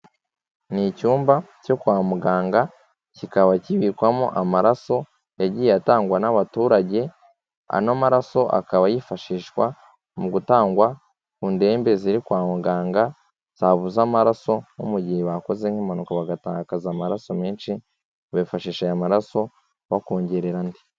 Ni icyumba cyo kwa muganga kikaba kibikwamo amaraso yagiye atangwa n'abaturage, ano maraso akaba yifashishwa mu gutangwa ku ndembe ziri kwa muganga zabuze amaraso nko mu gihe bakoze nk'impanuka bagatakaza amaraso menshi, bifashisha aya maraso bakongerera andi.